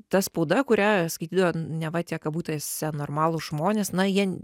ta spauda kurią skaitydavo neva tiek kabutėse normalūs žmonės na jie